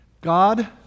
God